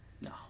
No